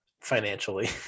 financially